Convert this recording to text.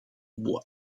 bois